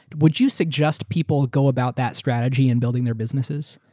would you suggest people go about that strategy in building their businesses?